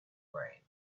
rain